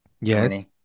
Yes